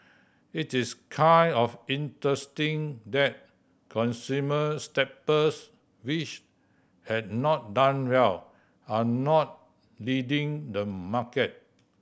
it is kind of interesting that consumer staples which had not done well are not leading the market